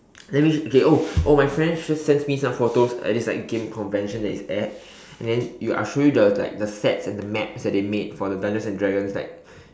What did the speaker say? let me okay oh oh my friends just sent me some photos at this like game convention that he's at and then I show you like the sets and maps that they made for the dungeons and dragon like